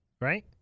Right